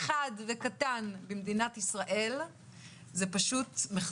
קטן לרפואה משפטית בכל המדינה זה מחדל.